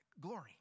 glory